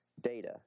data